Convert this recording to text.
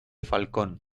falcón